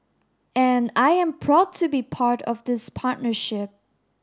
and I am proud to be part of this partnership